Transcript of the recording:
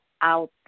out